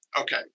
Okay